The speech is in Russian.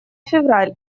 февраль